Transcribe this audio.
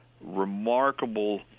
remarkable